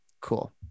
Cool